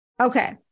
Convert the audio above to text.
Okay